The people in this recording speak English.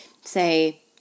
say